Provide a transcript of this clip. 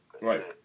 Right